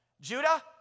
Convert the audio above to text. judah